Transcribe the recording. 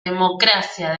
democracia